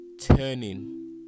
turning